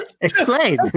explain